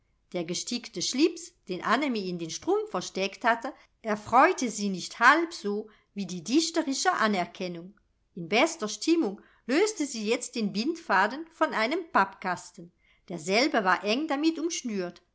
der gestickte schlips den annemie in den strumpf versteckt hatte erfreute sie nicht halb so wie die dichterische anerkennung in bester stimmung löste sie jetzt den bindfaden von einem pappkasten derselbe war eng damit umschnürt